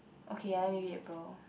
okay ya then maybe April